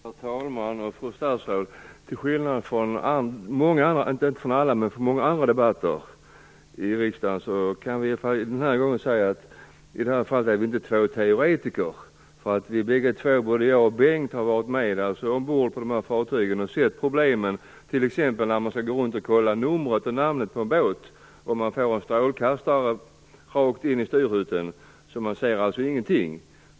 Herr talman! Fru statsråd! Till skillnad från i många andra debatter i riksdagen kan vi i det här fallet säga att vi inte är två teoretiker. Vi har nämligen båda två, Bengt Silfverstrand och jag, varit ombord på dessa fartyg och sett problemen. När man t.ex. skall gå runt och kontrollera numret och namnet på en båt får man en strålkastare rakt in i styrhytten och ser ingenting.